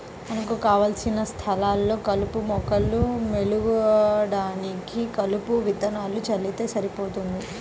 మనకు కావలసిన స్థలాల్లో కలుపు మొక్కలు మొలవడానికి కలుపు విత్తనాలను చల్లితే సరిపోతుంది